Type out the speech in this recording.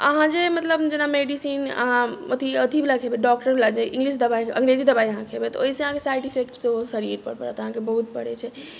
अहाँ जे मतलब जेना मेडिसिन अहाँ अथी अथीवला खेबै डॉक्टरवला जे इङ्गलिश दवाइ जे अङ्गरेजी दवाइ अहाँ खेबै ओहिसँ अहाँके साइड इफेक्ट सेहो शरीरपर परत अहाँके बहुत पड़ै छै